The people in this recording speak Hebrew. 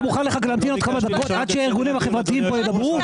אתה מוכן להמתין עוד כמה דקות עד שהארגונים החברתיים פה ידברו?